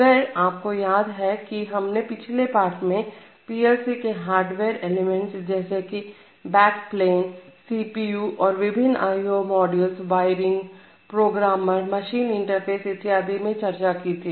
अगर आपको याद है कि हमने पिछले पाठ में पीएलसी के हार्डवेयर एलिमेंट्स जैसे कि बैकप्लेन सीपीयू और विभिन्न IO modules wiring programmer machine interface इत्यादि चर्चा किया था